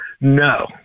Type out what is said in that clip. no